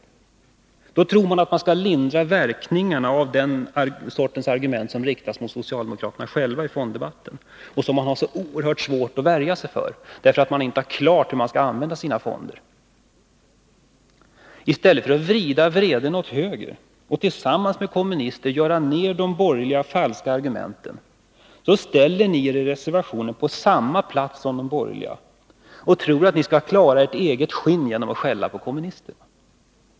På det sättet tror man att man kan lindra verkningarna av de argument som riktas mot socialdemokraterna själva i fonddebatten och som de har så oerhört svårt att värja sig för, därför att de inte har klart för sig hur de skall använda sina fonder. Istället för att vrida vreden åt höger och tillsammans med kommunisterna göra ner de borgerliga falska argumenten ställer ni er i reservationen på samma plats som de borgerliga och tror att ni skall klara ert eget skinn genom att skälla på kommunisterna.